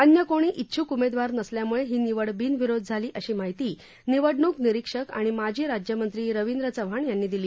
अन्य कोणी इच्छुक उमेदवार नसल्यामुळे ही निवड बिनविरोध झाली अशी माहिती निवडणूक निरीक्षक आणि माजी राज्यमंत्री रवींद्र चव्हाण यांनी दिली